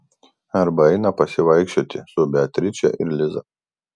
arba eina pasivaikščioti su beatriče ir liza